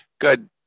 Good